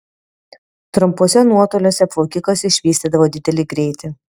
trumpuose nuotoliuose plaukikas išvystydavo didelį greitį